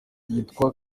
yitwa